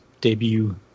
debut